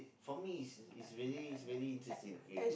for me it's it's very it's very interesting okay